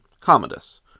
Commodus